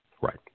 Right